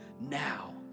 now